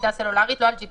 קליטה סלולרית, לא על GPS